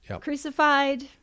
crucified